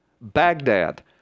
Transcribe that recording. Baghdad